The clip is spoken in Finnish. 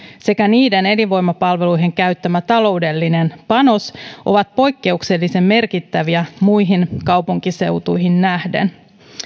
sekä niiden elinvoimapalveluihin käyttämä taloudellinen panos ovat poikkeuksellisen merkittäviä muihin kaupunkiseutuihin nähden